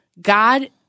God